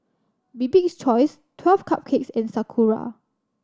Bibik's Choice Twelve Cupcakes and Sakura